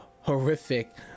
horrific